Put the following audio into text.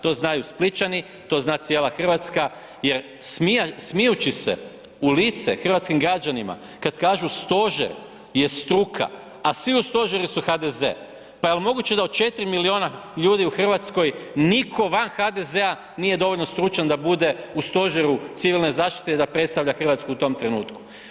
To znaju Splićani, to zna cijela Hrvatska jer smijući se u lice hrvatskim građanima kad kažu stožer je struka a svi u stožeru su HDZ, pa jel moguće da od 4 milijuna ljudi u Hrvatskoj nitko van HDZ-a nije dovoljno stručan da bude u Stožeru civilne zaštite i da predstavlja Hrvatsku u tom trenutku?